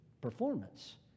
performance